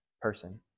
person